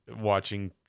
watching